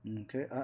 Okay